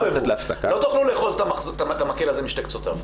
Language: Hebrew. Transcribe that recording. לא תוכלו לאחוז את המקל הזה משתי קצותיו.